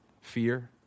fear